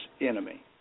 enemy